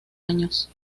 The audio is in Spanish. años